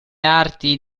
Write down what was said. arti